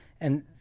And-